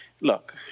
look